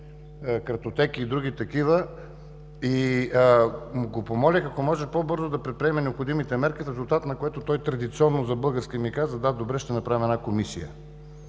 картотеки и други такива. Помолих го – ако може, по-бързо да предприеме необходимите мерки, в резултат на което той традиционно, по български ми каза: „Да, добре, ще направим една комисия“.